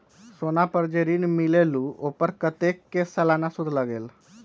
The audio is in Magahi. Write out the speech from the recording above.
सोना पर जे ऋन मिलेलु ओपर कतेक के सालाना सुद लगेल?